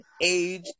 age